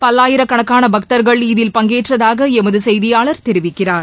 பல்லாயிரக்கணக்கான பக்தர்கள் இதில் பங்கேற்றதாக எமது செய்தியாளர் தெரிவிக்கிறார்